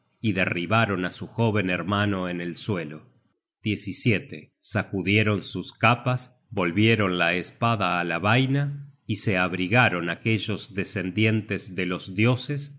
y derribaron á su jóven hermano en el suelo sacudieron sus capas volvieron la espada á la vaina y se abrigaron aquellos descendientes de los dioses